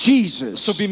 Jesus